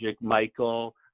Michael